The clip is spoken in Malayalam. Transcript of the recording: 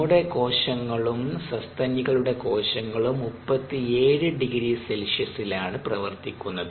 നമ്മുടെ കോശങ്ങളും സസ്തനികളുടെ കോശങ്ങളും 370C ലാണ് പ്രവർത്തിക്കുന്നത്